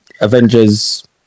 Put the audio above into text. Avengers